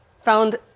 found